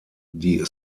die